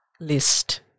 list